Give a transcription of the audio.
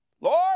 Lord